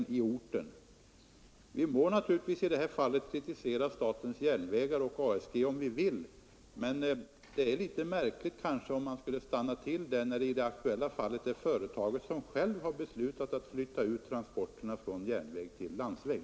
Man må som sagt kritisera statens järnvägar och ASG, men en sådan kritik ter sig märklig när det, som i det aktuella fallet, är det privata företaget som självt har beslutat flytta transporterna från järnväg till landsväg.